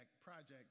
project